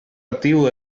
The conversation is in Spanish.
activo